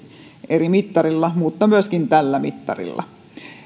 eri mittarilla mutta myöskin tällä mittarilla